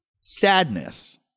sadness